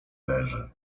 leży